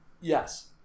Yes